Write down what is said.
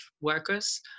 workers